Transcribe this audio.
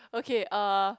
okay uh